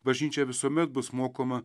bažnyčia visuomet bus mokoma